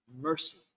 mercy